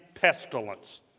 pestilence